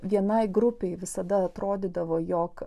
vienai grupei visada atrodydavo jog